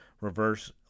reverse